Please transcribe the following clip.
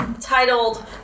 titled